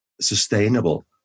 sustainable